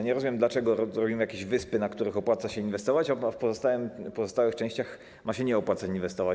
Nie rozumiem, dlaczego robimy jakieś wyspy, na których opłaca się inwestować, a w pozostałych częściach ma się nie opłacać.